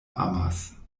amas